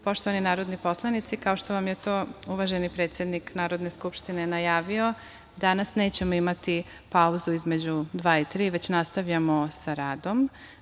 Poštovani narodni poslanici, kao što vam je to uvaženi predsednik Narodne skupštine najavio, danas nećemo imati pauzu između 14.00 i 15.00, već nastavljamo sa radom.